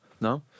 No